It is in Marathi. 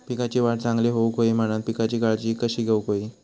पिकाची वाढ चांगली होऊक होई म्हणान पिकाची काळजी कशी घेऊक होई?